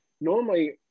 normally